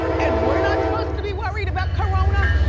and where not s'posed to be worried about corona?